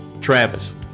travis